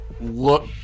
look